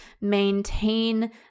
maintain